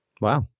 Wow